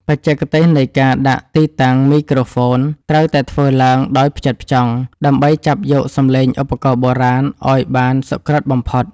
បច្ចេកទេសនៃការដាក់ទីតាំងមីក្រូហ្វូន ត្រូវតែធ្វើឡើងដោយផ្ចិតផ្ចង់ ដើម្បីចាប់យកសំឡេងឧបករណ៍បុរាណឱ្យបានសុក្រឹតបំផុត។